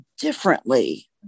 differently